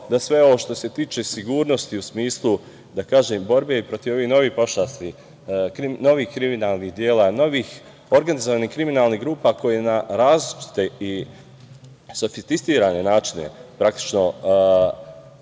da sve ovo što se tiče sigurnosti u smislu, da kažem, borbe protiv ovih novih pošasti, novih kriminalnih dela, novih organizovanih kriminalnih grupa koje na različite i sofisticirane načine praktično